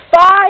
five